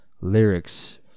lyrics